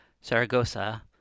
Saragossa